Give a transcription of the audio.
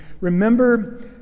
Remember